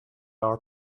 our